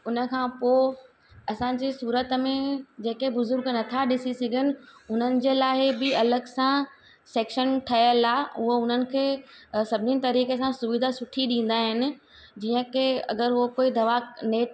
उनखां पोइ असांजे सूरत में जेके बुजुर्ग नथा ॾिसी सघनि उन्हनि जे लाइ बि अलॻि सां सैक्शन ठहियलु आहे हूअ उन्हनि खे सभिनीनि तरीक़े सां सुविधा सुठी ॾींदा आहिनि जीअं की अगरि उहो कोई दवा ने